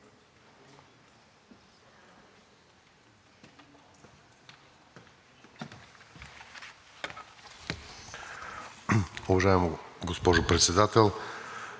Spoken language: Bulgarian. Уважаема госпожо Председател,